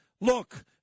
Look